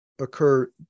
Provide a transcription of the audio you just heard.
occur